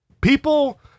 people